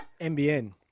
MBN